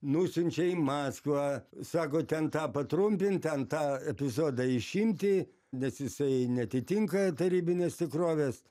nusiunčia į maskvą sako ten tą patrumpint ten tą epizodą išimti nes jisai neatitinka tarybinės tikrovės